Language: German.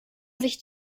sich